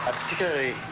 particularly